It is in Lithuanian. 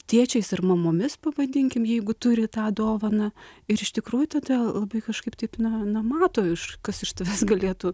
tėčiais ir mamomis pavadinkim jeigu turi tą dovaną ir iš tikrųjų todėl kažkaip taip na na mato iš kas iš tavęs galėtų